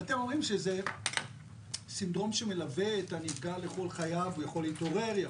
ואתם אומרים שזה סינדרום שמלווה את הנפגע לכל חייו והוא יכול להתעורר.